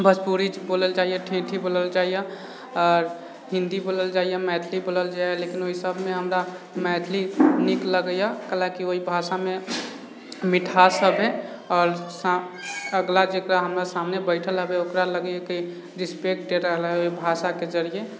भोजपुरी बोलल जाइए ठेठी बोलल जाइए आओर हिन्दी बोलल जाइए मैथिली बोलल जाइए लेकिन ओहिसबमे हमरा मैथिली नीक लगैए किया लऽ कऽ कि हम ओहि भाषामे मिठाससब हइ आओर अगला जे हमर सामने बैठल हबे ओकरा लगैए कि रिस्पेक्ट दऽ रहले अइ ओहि भाषाके जरिए